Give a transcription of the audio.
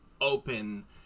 open